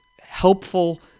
helpful—